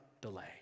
delay